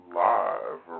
live